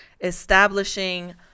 establishing